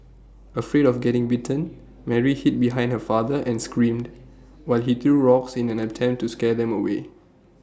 afraid of getting bitten Mary hid behind her father and screamed while he threw rocks in an attempt to scare them away